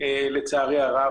לצערי הרב.